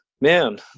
man